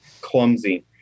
Clumsy